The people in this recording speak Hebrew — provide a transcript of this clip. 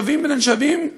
שווים בין שווים,